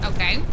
Okay